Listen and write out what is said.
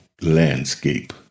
landscape